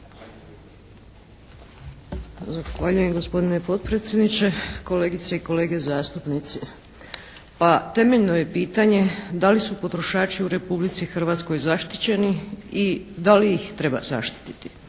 Zahvaljujem gospodine potpredsjedniče. Kolegice i kolege zastupnici. Pa temeljno je pitanje da li su potrošači u Republici Hrvatskoj zaštićeni i da li ih treba zaštiti.